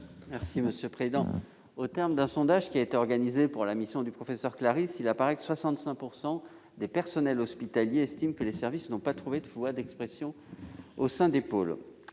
Bernard Jomier. Au terme d'un sondage organisé par la mission du professeur Claris, il apparaît que 65 % des personnels hospitaliers estiment que les services n'ont pas trouvé de voix d'expression au sein des pôles.